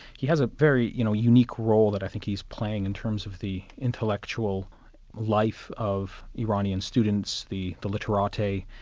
he has a very you know unique role that i think he's playing in terms of the intellectual life of iranian students, the the literati,